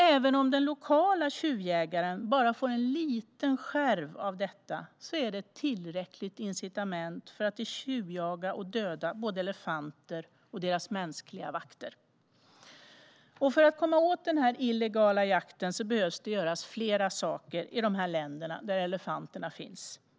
Även om den lokala tjuvjägaren bara får en liten skärv av detta är det tillräckligt incitament för att tjuvjaga och döda både elefanter och deras mänskliga vakter. För att komma åt den illegala jakten behöver flera saker göras i de länder där elefanterna lever.